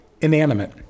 inanimate